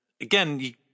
again